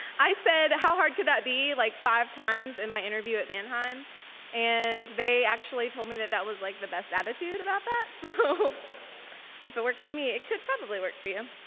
said, how hard could that be? like five times in my interview at manheim and they actually told me that that was like the best attitude about that. so if it works for me, it could probably work for you.